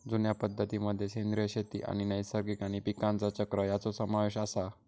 जुन्या पद्धतीं मध्ये सेंद्रिय शेती आणि नैसर्गिक आणि पीकांचा चक्र ह्यांचो समावेश आसा